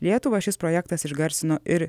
lietuvą šis projektas išgarsino ir